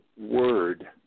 word